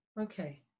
Okay